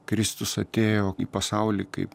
kristus atėjo į pasaulį kaip